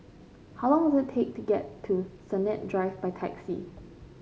how long is take to get to Sennett Drive by taxi